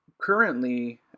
Currently